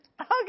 okay